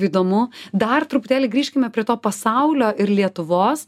įdomu dar truputėlį grįžkime prie to pasaulio ir lietuvos